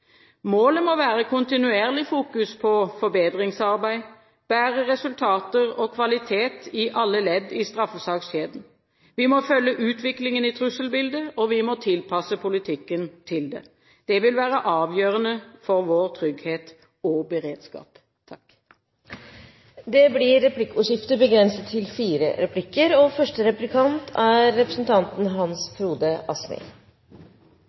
Målet må være kontinuerlig fokus på forbedringsarbeid, bedre resultater og kvalitet i alle ledd i straffesakskjeden. Vi må følge utviklingen i trusselbildet, og vi må tilpasse politikken til det. Det vil være avgjørende for vår trygghet og beredskap. Det blir replikkordskifte. La meg først på vegne av Fremskrittspartiets fraksjon i justiskomiteen ønske den nye statsråden velkommen til den første